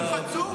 הוא חצוף.